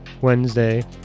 Wednesday